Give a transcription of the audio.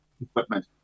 equipment